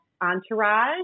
Entourage